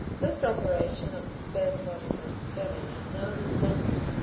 this operation of spasmodic underselling was known as dumping.